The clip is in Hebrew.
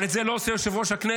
אבל את זה לא עושה יושב-ראש הכנסת.